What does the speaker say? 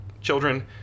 children